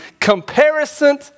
comparison